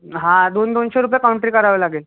हा दोन दोनशे रुपये कॉन्ट्री करावी लागेल